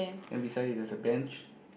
and beside it there's a bench